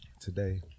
Today